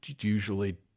usually